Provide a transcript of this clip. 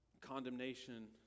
condemnation